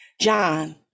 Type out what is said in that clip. John